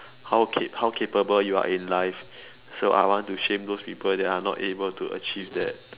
how can how capable you are in life so I want to shame those people that are not able to achieve that